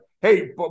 Hey